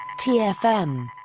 TFM